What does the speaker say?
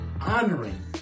honoring